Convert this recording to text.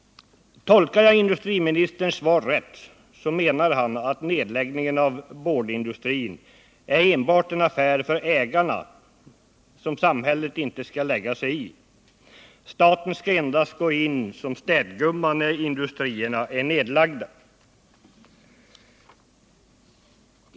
Tolkar jag industriministerns svar rätt menar han att nedläggningen av boardindustrin enbart är en affär för ägarna, som samhället inte skall lägga sig i. Staten skall endast gå in som städgumma när industrierna är nedlagda.